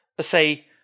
Say